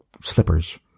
slippers